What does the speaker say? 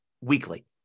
weekly